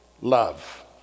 love